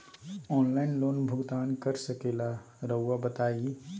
Online loan भुगतान कर सकेला राउआ बताई?